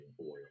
oil